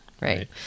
Right